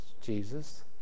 jesus